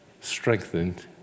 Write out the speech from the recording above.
strengthened